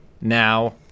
now